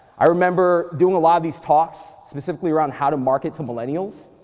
i remember doing a lot of these talks, specifically, around how to market to millennials,